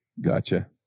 Gotcha